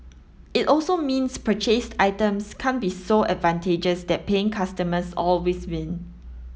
it also means purchased items can't be so advantageous that paying customers always win